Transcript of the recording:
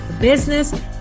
business